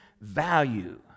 value